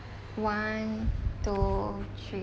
one two three